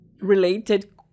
related